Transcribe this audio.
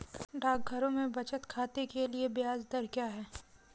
डाकघरों में बचत खाते के लिए ब्याज दर क्या है?